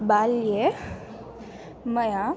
बाल्ये मया